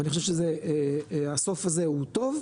ואני חושב שזה הסוף הזה הוא טוב.